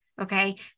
okay